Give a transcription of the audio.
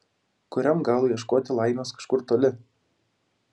kuriam galui ieškoti laimės kažkur toli